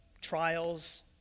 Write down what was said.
trials